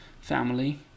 family